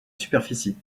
superficie